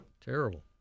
Terrible